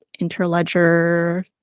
interledger